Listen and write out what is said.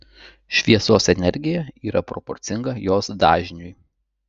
šviesos energija yra proporcinga jos dažniui